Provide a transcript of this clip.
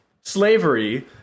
slavery